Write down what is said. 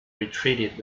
retreated